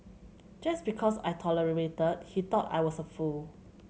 just because I tolerated he thought I was a fool